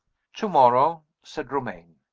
to-morrow, said romayne.